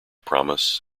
promise